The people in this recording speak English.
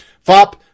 FOP